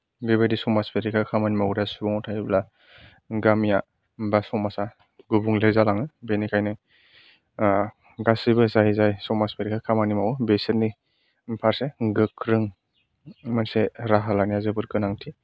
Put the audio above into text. बेबादि समाज बेरेखा खामानि मावग्रा सुबुंआ थायोब्ला गामिया बा समाजा गुबुंले जालाङो बेनिखायनो गासैबो जाय जाय समाज बेरेखा खामानि मावो बेसोरनि फारसे गोख्रों मोनसे राहा लानाय जोबोर गोनांथि